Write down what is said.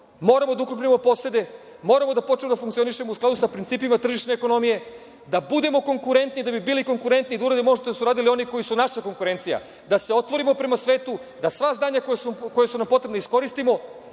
Moramo da ukrupnimo posede. Moramo da počnemo da funkcionišemo u skladu sa principima tržišne ekonomije da budemo konkurentni, da uradimo ono što su uradili oni koji su naša konkurencija. Da se otvorimo prema svetu, da sva znanja koja su nam potrebna iskoristimo,